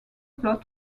plot